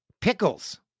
pickles